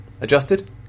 Adjusted